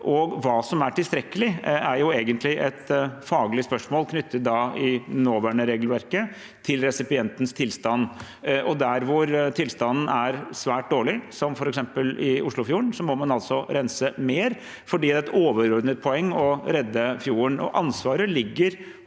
år. Hva som er tilstrekkelig, er egentlig et faglig spørsmål som i det nåværende regelverket er knyttet til resipientens tilstand. Der hvor tilstanden er svært dårlig, som f.eks. i Oslofjorden, må man rense mer fordi det er et overordnet poeng å redde fjorden. Ansvaret ligger